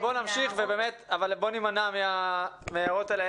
בואי נמשיך אבל בואי נימנע מההערות האלה,